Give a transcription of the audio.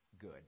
good